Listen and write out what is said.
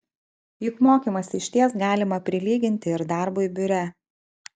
juk mokymąsi išties galima prilyginti ir darbui biure